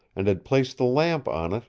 and had placed the lamp on it,